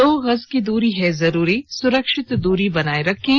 दो गज की दूरी है जरूरी सुरक्षित दूरी बनाए रखें